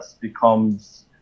becomes